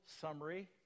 summary